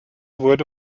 wurde